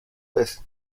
vez